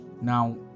Now